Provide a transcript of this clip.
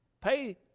pay